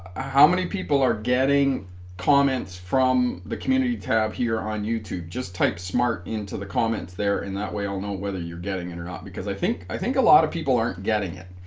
how many people are getting comments from the community tab here on youtube just type smart into the comments there in that way i'll know whether you're getting it or not because i think i think a lot of people aren't getting it